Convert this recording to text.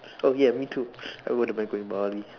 okay ya me too I wouldn't mind going Bali